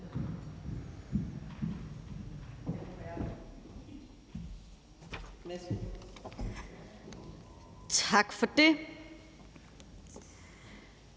Tak for det.